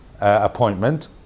appointment